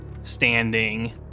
standing